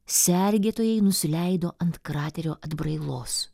sergėtojai nusileido ant kraterio atbrailos